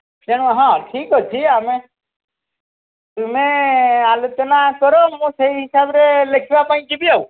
ତେଣୁ ହଁ ଠିକ୍ ଅଛି ଆମେ ତୁମେ ଆଲୋଚନା କର ମୁଁ ସେଇ ହିସାବରେ ଲେଖିବା ପାଇଁ ଯିବି ଆଉ